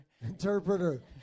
Interpreter